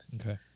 Okay